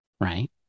right